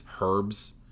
herbs